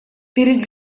перед